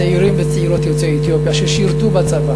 צעירים וצעירות יוצאי אתיופיה ששירתו בצבא